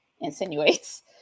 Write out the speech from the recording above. insinuates